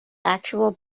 actual